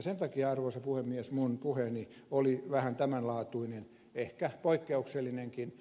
sen takia arvoisa puhemies minun puheeni oli vähän tämänlaatuinen ehkä poikkeuksellinenkin